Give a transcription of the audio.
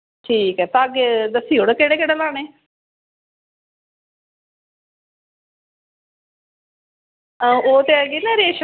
ठीक ऐ धागे दस्सी ओड़ो केह्ड़े केह्ड़े लानें हां ओह् ते आई गेई ना रेशो